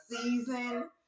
season